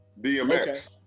DMX